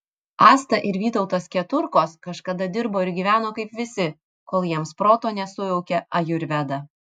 asta ir vytautas keturkos kažkada dirbo ir gyveno kaip visi kol jiems proto nesujaukė ajurveda